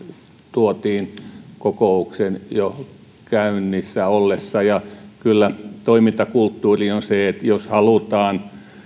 tuotiin kokouksen jo käynnissä ollessa ja kyllä toimintakulttuuri on se että jos halutaan